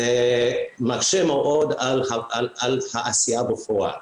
זה מקשה מאוד על העשייה בפועל.